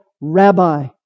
rabbi